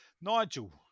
nigel